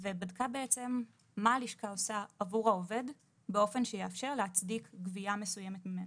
ובדקה מה הלשכה עושה עבור העובד באופן שיאפשר להצדיק גבייה מסוימת ממנו.